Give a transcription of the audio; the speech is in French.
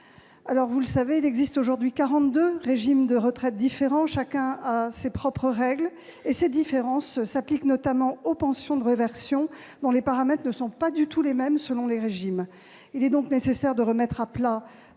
Vous le savez, il existe aujourd'hui 42 régimes de retraite différents, chacun ayant ses propres règles. Ces différences s'appliquent notamment aux pensions de réversion, dont les paramètres ne sont pas du tout les mêmes selon les régimes. Il est donc nécessaire de remettre à plat